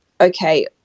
okay